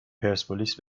پرسپولیس